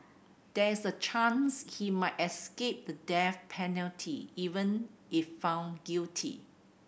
there is a chance he might escape the death penalty even if found guilty